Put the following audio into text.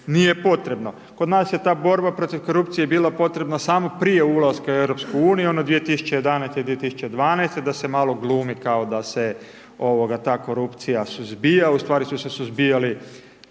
nije potrebno. Kod nas je ta borba protiv korupcije, bila potrebna samo prije ulaska u EU, ono 2011.-2012. da se malo glumi da se ta korupcija suzbija, ustvari su se suzbijali